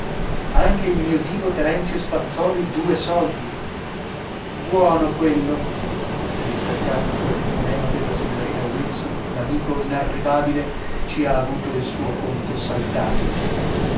anche il mio divo terenzio spazzòli due soldi buono quello e nel sarcastico epifonema della signorina wilson l'amico inarrivabile ci ha avuto il suo conto saldato